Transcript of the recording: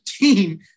team